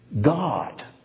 God